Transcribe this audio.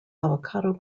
avocado